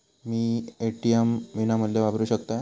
मी ATM विनामूल्य वापरू शकतय?